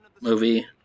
movie